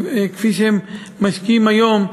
כפי שהם משקיעים היום,